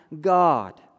God